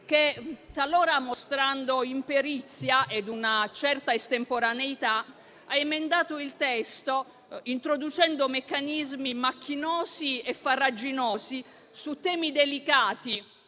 che, talora mostrando imperizia e una certa estemporaneità, ha emendato il testo introducendo meccanismi macchinosi e farraginosi su temi delicati,